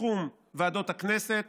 בתחום ועדות הכנסת